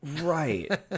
Right